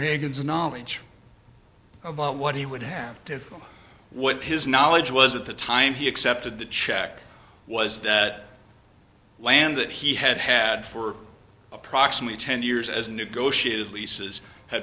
hagan's knowledge about what he would have to what his knowledge was at the time he accepted the check was that land that he had had for approximately ten years as negotiated leases had